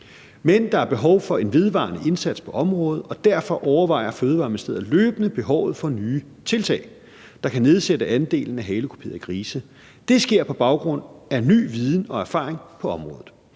Men der er behov for en vedvarende indsats på området, og derfor overvejer Fødevareministeriet løbende behovet for nye tiltag, der kan nedsætte andelen af halekuperede grise. Det sker på baggrund af ny viden og erfaring på området.